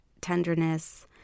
tenderness